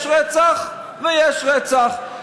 יש רצח ויש רצח.